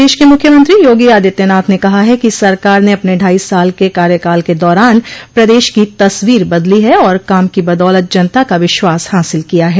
प्रदेश के मुख्यमंत्री योगी आदित्यनाथ ने कहा है कि सरकार ने अपने ढाई साल के कार्यकाल के दौरान प्रदेश की तस्वीर बदली है और काम की बदौलत जनता का विश्वास हासिल किया है